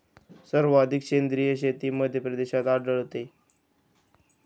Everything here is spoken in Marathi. सर्वाधिक सेंद्रिय शेती मध्यप्रदेशात आढळते